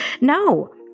No